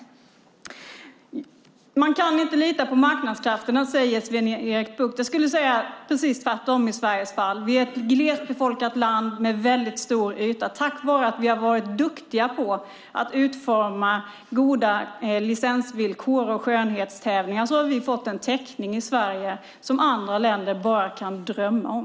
Man kan inte lita på marknadskrafterna, säger Sven-Erik Bucht. Jag skulle säga precis tvärtom i Sveriges fall. Vi är ett glest befolkat land med en väldigt stor yta, men tack vare att vi har varit duktiga på att utforma goda licensvillkor och ordnat skönhetstävlingar har vi fått en täckning i Sverige som andra länder bara kan drömma om.